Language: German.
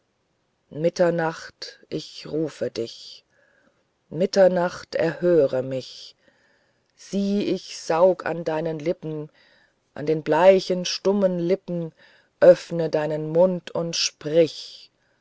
mitternacht ich rufe dich mitternacht erhöre mich sieh ich saug an deinen lippen an den bleichen stummen lippen öffne deinen mund und sprich